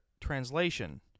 translation